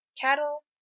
cattle